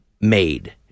made